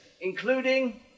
including